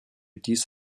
dies